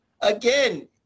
again